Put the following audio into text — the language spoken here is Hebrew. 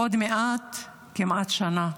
עוד מעט כמעט שנה,